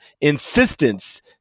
insistence